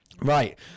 Right